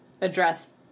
address